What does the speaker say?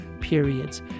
periods